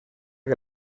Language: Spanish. que